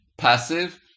passive